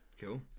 Cool